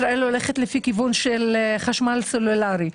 ישראל הולכת לפי כיוון של חשמל סולארי.